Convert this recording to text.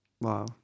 Wow